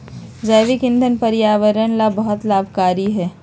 जैविक ईंधन पर्यावरण ला बहुत लाभकारी हई